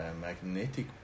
magnetic